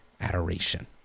adoration